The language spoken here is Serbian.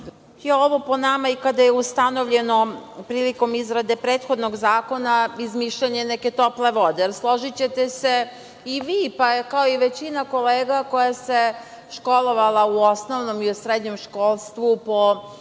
ovo po nama, kada je ustanovljeno prilikom izrade prethodnog zakona, izmišljanjem neke tople vode. Složićete se, kao i većina kolega koja se školovala u osnovnom i srednjem školstvu po